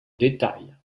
détail